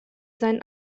seinen